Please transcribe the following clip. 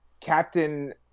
captain